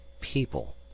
people